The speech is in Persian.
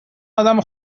ادم